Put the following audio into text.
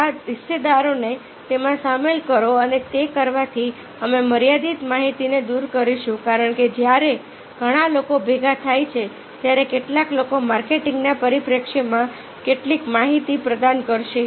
તેથી આ હિસ્સેદારોને તેમાં સામેલ કરો અને તે કરવાથી અમે મર્યાદિત માહિતીને દૂર કરીશું કારણ કે જ્યારે ઘણા લોકો ભેગા થાય છે ત્યારે કેટલાક લોકો માર્કેટિંગના પરિપ્રેક્ષ્યમાં કેટલીક માહિતી પ્રદાન કરશે